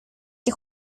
que